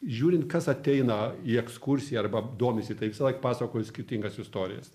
žiūrint kas ateina į ekskursiją arba domisi tai visąlaik pasakoju skirtingas istorijas